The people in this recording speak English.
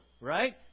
right